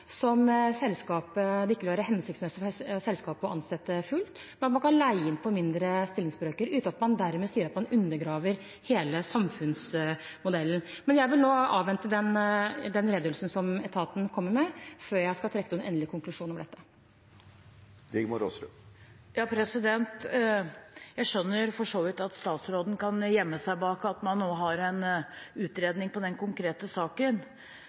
som det ikke vil være hensiktsmessig for selskapet å ansette fullt, men der man kan leie inn på mindre stillingsbrøker, uten at man dermed kan si at man undergraver hele samfunnsmodellen. Men jeg vil nå avvente den redegjørelsen som etaten kommer med, før jeg skal trekke noen endelig konklusjon om dette. Jeg skjønner for så vidt at statsråden kan gjemme seg bak at man nå har en utredning i den konkrete saken,